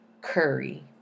curry